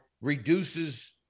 reduces